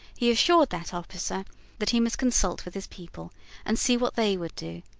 he assured that officer that he must consult with his people and see what they would do,